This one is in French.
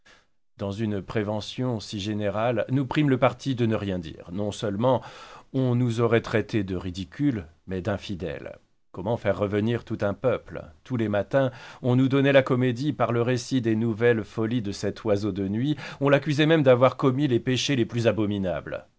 dans une prévention si générale nous prîmes le parti de ne rien dire non-seulement on nous aurait traités de ridicules mais d'infidèles comment faire revenir tout un peuple tous les matins on nous donnait la comédie par le récit des nouvelles folies de cet oiseau de nuit on l'accusait même d'avoir commis les péchés les plus abominables